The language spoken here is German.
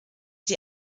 die